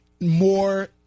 more